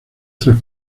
tres